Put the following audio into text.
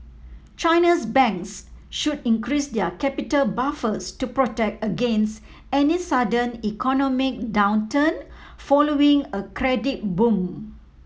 China's banks should increase their capital buffers to protect against any sudden economic downturn following a credit boom